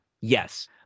yes